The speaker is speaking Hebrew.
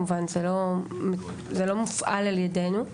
זה לא מופעל על ידינו.